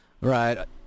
Right